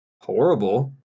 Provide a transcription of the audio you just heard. horrible